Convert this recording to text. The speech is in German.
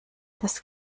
das